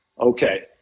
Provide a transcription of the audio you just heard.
okay